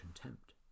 contempt